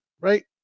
right